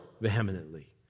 vehemently